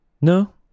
no